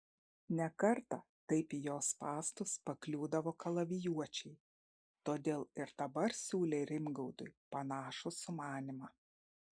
ne kartą taip į jo spąstus pakliūdavo kalavijuočiai todėl ir dabar siūlė rimgaudui panašų sumanymą